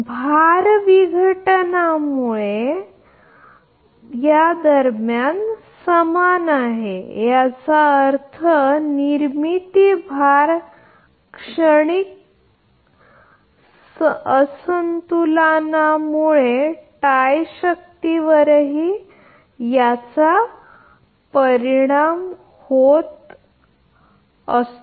load विघटनामुळे दरम्यान समान आहे याचा अर्थ निर्मिती भार दरम्यान क्षणिक असंतुलन त्यामुळे टाय शक्तीवरही त्याचा परिणाम होईल